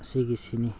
ꯑꯁꯤꯒꯤꯁꯤꯅꯤ